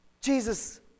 Jesus